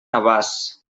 navàs